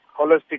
holistic